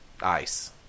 ice